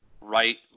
right